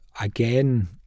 again